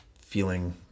feeling